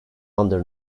under